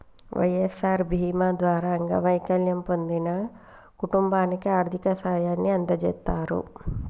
వై.ఎస్.ఆర్ బీమా ద్వారా అంగవైకల్యం పొందిన కుటుంబానికి ఆర్థిక సాయాన్ని అందజేస్తారు